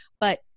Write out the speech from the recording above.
but-